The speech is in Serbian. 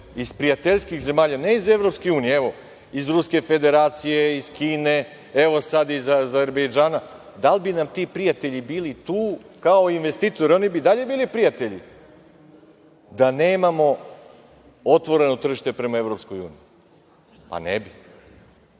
iz prijateljskih zemalja, ne iz EU, evo, iz Ruske Federacije, iz Kine, evo sad iz Azerbejdžana, da li bi nam ti prijatelji bili tu kao investitori, oni bi i dalje bili prijatelji, da nemamo otvoreno tržište prema EU? Ne bi. Čekajte,